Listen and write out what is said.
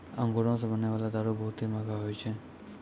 अंगूरो से बनै बाला दारू बहुते मंहगा होय छै